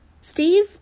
Steve